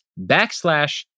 backslash